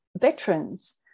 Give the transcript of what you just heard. veterans